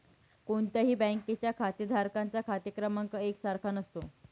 कोणत्याही बँकेच्या खातेधारकांचा खाते क्रमांक एक सारखा नसतो